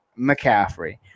McCaffrey